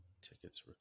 tickets